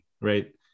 right